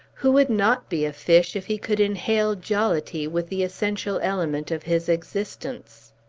who would not be a fish, if he could inhale jollity with the essential element of his existence!